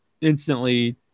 instantly